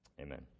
Amen